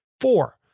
Four